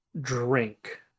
drink